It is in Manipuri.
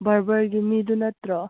ꯕꯥꯔꯕꯔꯒꯤ ꯃꯤꯗꯨ ꯅꯠꯇ꯭ꯔꯣ